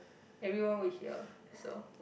everyone would hear so